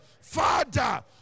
father